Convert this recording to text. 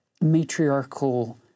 matriarchal